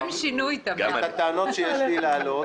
את הטענות שיש להעלות,